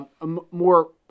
more